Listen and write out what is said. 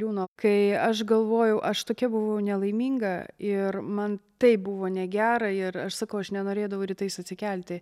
liūno kai aš galvojau aš tokia buvau nelaiminga ir man taip buvo negera ir aš sakau aš nenorėdavau rytais atsikelti